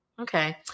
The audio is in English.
Okay